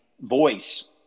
voice